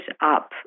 up